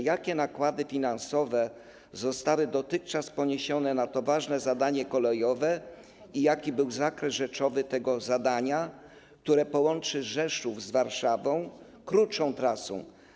Jakie nakłady finansowe zostały dotychczas poniesione na to ważne zadanie kolejowe i jaki był zakres rzeczowy tego zadania, które połączy Rzeszów z Warszawą krótszą trasą?